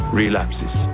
relapses